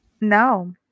No